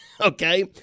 Okay